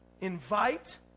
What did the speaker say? invite